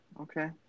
Okay